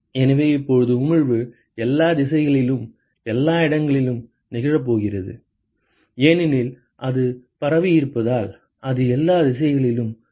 எனவே இப்போது உமிழ்வு எல்லா திசைகளிலும் எல்லா இடங்களிலும் நிகழப் போகிறது ஏனெனில் அது பரவியிருப்பதால் அது எல்லா திசைகளிலும் சமமாக இருக்கும்